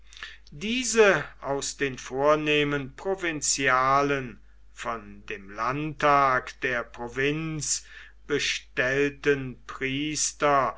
diese aus den vornehmen provinzialen von dem landtag der provinz bestellten priester